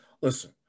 listen